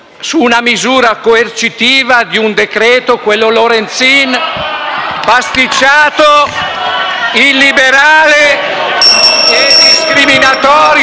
su una misura coercitiva di un decreto-legge, quello Lorenzin, pasticciato, illiberale e discriminatorio.